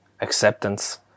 acceptance